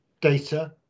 data